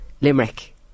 Limerick